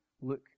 look